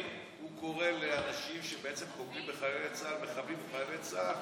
אם הוא קורא לאנשים שבעצם פוגעים בחיילי צה"ל "מחבלים" בחיילי צה"ל,